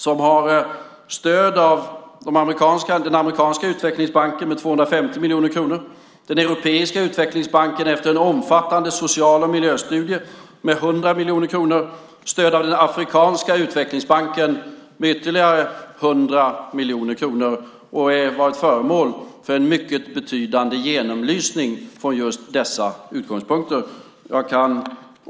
Det har stöd av den amerikanska utvecklingsbanken med 250 miljoner kronor, av den europeiska utvecklingsbanken efter en omfattande social och miljöstudie med 100 miljoner kronor och av den afrikanska utvecklingsbanken med ytterligare 100 miljoner kronor. Det har varit föremål för en mycket betydande genomlysning från just dessa utgångspunkter.